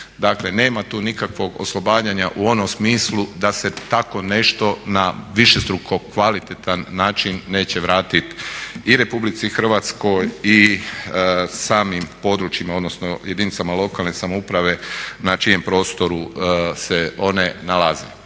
Dakle nema tu nikakvog oslobađanja u onom smislu da se tako nešto na višestruko kvalitetan način neće vratiti i Republici Hrvatskoj i samim područjima, odnosno jedinicama lokalne samouprave na čijem prostoru se one nalaze.